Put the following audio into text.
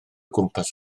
gwmpas